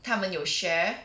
他们有 share